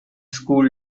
school